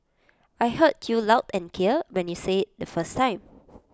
I heard you loud and clear when you said IT the first time